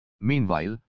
Meanwhile